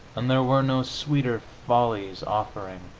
and there were no sweeter follies offering,